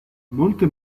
molte